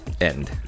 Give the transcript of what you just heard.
end